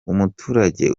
umuturage